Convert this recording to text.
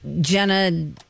Jenna